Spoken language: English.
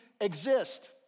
exist